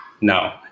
No